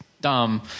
dumb